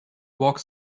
vaux